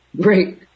Great